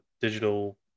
digital